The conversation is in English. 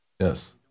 Yes